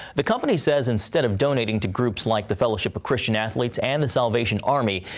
the company says instead of donating to groups like the fellowship of christian athletes and the salvation army,